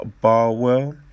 Barwell